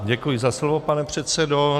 Děkuji za slovo, pane předsedo.